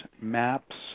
maps